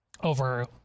over